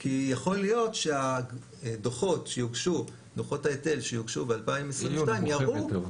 כי יכול להיות שדוחות ההיטל שיוגשו ב-2022 יראו